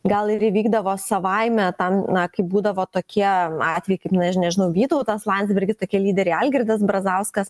gal ir įvykdavo savaime tą na kai būdavo tokie atvejai kai aš nežinau vytautas landsbergis tokie lyderiai algirdas brazauskas